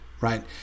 right